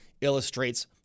illustrates